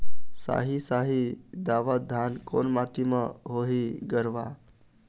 साही शाही दावत धान कोन माटी म होही गरवा?